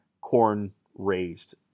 corn-raised